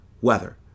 weather